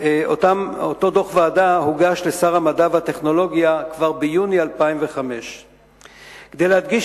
אותו דוח ועדה הוגש לשר המדע והטכנולוגיה כבר ביוני 2005. כדי להדגיש